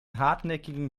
hartnäckigen